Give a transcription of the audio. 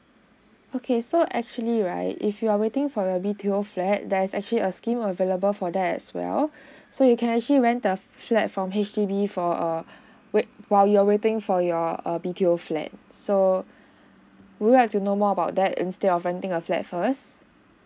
okay so actually right if you're waiting for your B_T_O flat there's actually a scheme available for that as well so you can actually rent a flat from H_D_B for a wait while you're waiting for your err B_T_O flat so would you ike to know more about that instead of renting a flat first